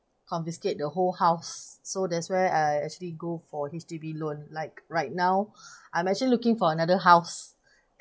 confiscate the whole house so there's where I actually go for H_D_B loan like right now I'm actually looking for another house